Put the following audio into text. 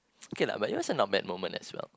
okay lah but yours are not bad moment as well